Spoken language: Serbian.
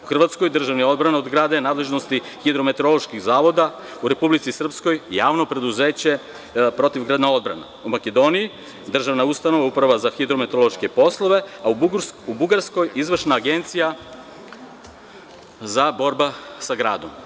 U Hrvatskoj državi odbrana od grada je u nadležnosti hiderometeoroloških zavoda, u Republici Srpskoj imamo javno preduzeće Protivgradna odbrana, u Makedoniji je državna ustanova Uprava za hidrometeorološke poslove, a u Bugarskoj izvršna Agencija za borbu sa gradom.